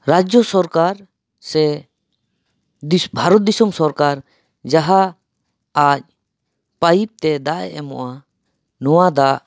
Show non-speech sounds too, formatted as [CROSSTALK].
ᱨᱟᱡᱽᱡᱚ ᱥᱚᱨᱠᱟᱨ ᱥᱮ [UNINTELLIGIBLE] ᱵᱷᱟᱨᱚᱛ ᱫᱤᱥᱚᱢ ᱥᱚᱨᱠᱟᱨ ᱡᱟᱦᱟᱸ ᱟᱡ ᱯᱟᱹᱭᱤᱵ ᱛᱮ ᱫᱟᱜ ᱮ ᱮᱢᱚᱜᱼᱟ ᱱᱚᱣᱟ ᱫᱟᱜ